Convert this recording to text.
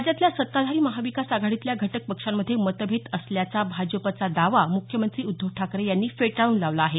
राज्यातल्या सत्ताधारी महाविकास आघाडीतल्या घटक पक्षांमधे मतभेद असल्याचा भाजपाचा दावा मुख्यमंत्री उद्धव ठाकरे यांनी फेटाळून लावला आहे